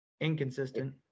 Inconsistent